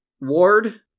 Ward